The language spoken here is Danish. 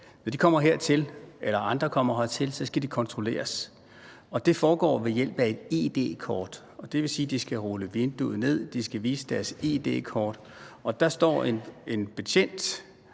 Tyskland hver dag – så skal kontrolleres, og det foregår ved hjælp af et id-kort. Det vil sige, at de skal rulle vinduet ned, de skal vise deres id-kort, og der står en betjent